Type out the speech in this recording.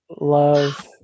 love